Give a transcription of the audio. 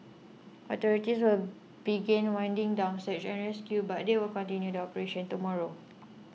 authorities will begin winding down search and rescue but they will continue the operation tomorrow